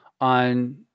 on